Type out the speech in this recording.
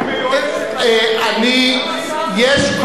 יש,